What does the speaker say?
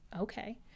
okay